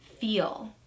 feel